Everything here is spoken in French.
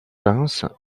pince